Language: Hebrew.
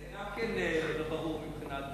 זה גם כן לא ברור מבחינת,